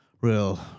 real